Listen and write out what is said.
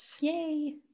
Yay